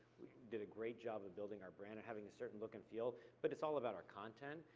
we did a great job of building our brand and having a certain look and feel, but it's all about our content.